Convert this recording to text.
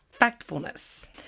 Factfulness